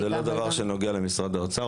זה לא דבר שנוגע למשרד האוצר,